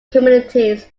communities